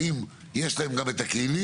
האם יש להם גם את הכלים,